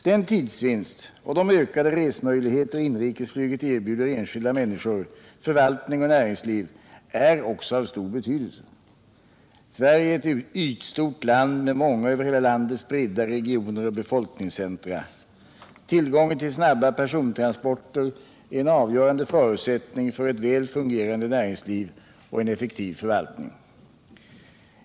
Den tidsvinst och de ökade resmöjligheter inrikesflyget erbjuder enskilda människor, förvaltning och näringsliv är också av stor betydelse. Sverige är ett ytstort land med många över hela landet spridda regioner och befolkningscentra. Tillgången till snabba persontransporter är en avgörande förutsättning för ett väl fungerande näringsliv och en effektiv förvaltning.